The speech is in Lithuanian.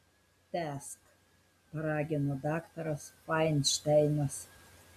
tęsk paragino daktaras fainšteinas